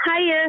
Hiya